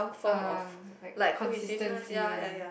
uh like consistency ya